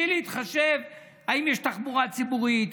בלי להתחשב אם יש תחבורה ציבורית,